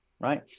Right